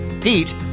Pete